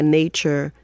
nature